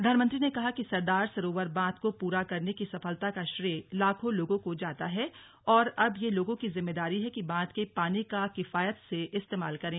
प्रधानमंत्री ने कहा कि सरदार सरोवर बांध को पूरा करने की सफलता का श्रेय लाखों लोगों को जाता है और अब यह लोगों की जिम्मेदारी है कि बांध के पानी का किफायत से इस्तेमाल करें